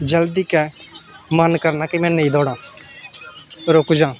जल्दी गै मन करना के में नेईं दोड़ां रुक जां